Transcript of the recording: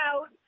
out